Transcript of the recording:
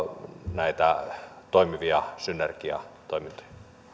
näitä toimivia synergiatoimintoja